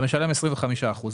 אתה משלם 25 אחוזים.